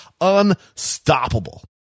unstoppable